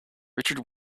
richard